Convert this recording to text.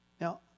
Now